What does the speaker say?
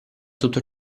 tutto